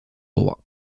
roi